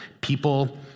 people